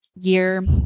year